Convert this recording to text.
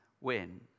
win